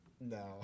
No